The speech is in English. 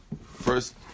first